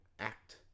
act